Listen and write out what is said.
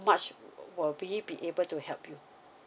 much will be be able to help you